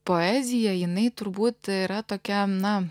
poezija jinai turbūt yra tokia na